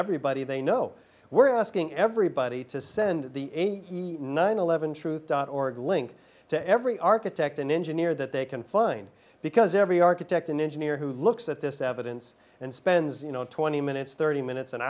everybody they know we're asking everybody to send the nine eleven truth dot org link to every architect and engineer that they can find because every architect and engineer who looks at this evidence and spends you know twenty minutes thirty minutes an